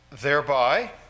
thereby